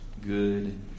good